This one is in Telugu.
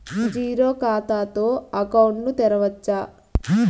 జీరో ఖాతా తో అకౌంట్ ను తెరవచ్చా?